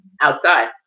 outside